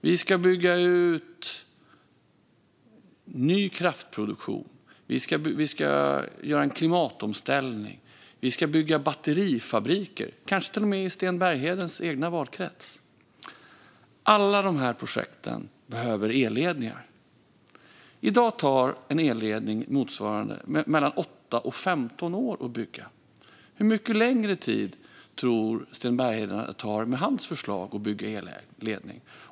Vi ska bygga ut ny kraftproduktion, vi ska göra en klimatomställning och vi ska bygga batterifabriker, kanske till och med i Sten Berghedens egen valkrets. För alla de projekten behövs elledningar. I dag tar det mellan 8 och 15 år att bygga en elledning. Hur mycket längre tid tror Sten Bergheden att det tar att bygga en elledning med hans förslag?